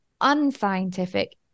unscientific